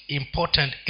important